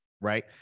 Right